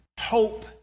hope